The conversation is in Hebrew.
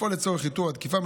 לפעול לצורך איתור התקיפה,